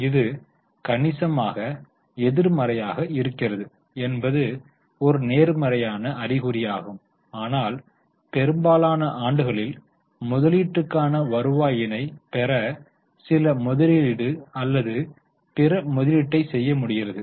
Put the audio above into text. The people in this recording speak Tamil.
இது கணிசமாக எதிர்மறையாக இருக்கிறது என்பது ஒரு நேர்மறையான அறிகுறியாகும் ஆனால் பெரும்பாலான ஆண்டுகளில் முதலீட்டுக்கான வருவாயினை பெற சில முதலீடு அல்லது பிற முதலீட்டைச் செய்ய முடிகிறது